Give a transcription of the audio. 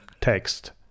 text